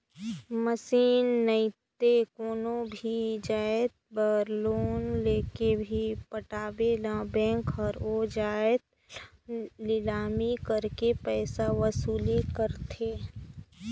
machine नइते कोनो भी जाएत बर लोन लेके नी पटाबे ता बेंक हर ओ जाएत ल लिलामी करके पइसा वसूली करथे